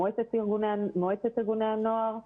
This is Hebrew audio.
מועצת ארגוני הנוער,